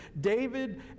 David